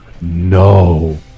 no